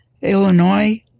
Illinois